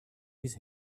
his